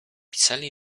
pisali